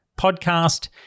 podcast